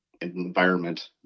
environment